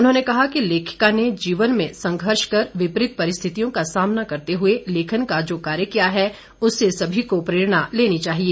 उन्होंने कहा कि लेखिका ने जीवन में संघर्ष कर विपरीत परिस्थितियों का सामना करते हुए लेखन का जो कार्य किया है उससे सभी को प्रेरणा लेनी चाहिए